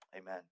amen